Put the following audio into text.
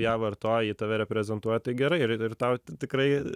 ją vartoji tave reprezentuoja tai gerai ir ir tau tikrai